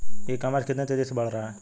ई commerce कितनी तेजी से बढ़ रहा है?